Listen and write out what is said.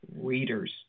readers